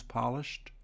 polished